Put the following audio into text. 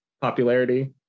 popularity